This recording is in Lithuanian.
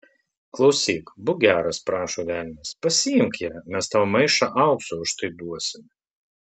klausyk būk geras prašo velnias pasiimk ją mes tau maišą aukso už tai duosime